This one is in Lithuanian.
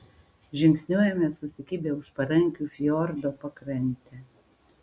žingsniuojame susikibę už parankių fjordo pakrante